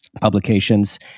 publications